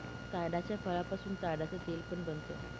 ताडाच्या फळापासून ताडाच तेल पण बनत